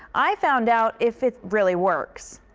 i found out if it really works.